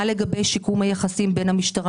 מה לגבי שיקום היחסים בין המשטרה